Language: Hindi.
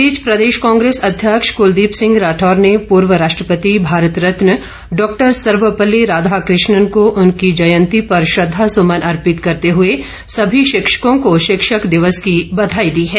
इस बीच प्रदेश कांग्रेस ँअध्यक्ष कलदीप सिंह राठौर ने पूर्व राष्ट्रपति भारत रत्न डॉक्टर सर्वपल्ली राधाकृष्णन को उनकी जयंती पर श्रद्दासुमन अर्पित करते हुए सभी शिक्षकों को शिक्षक दिवस की बधाई दी है